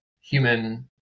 human